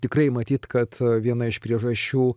tikrai matyt kad viena iš priežasčių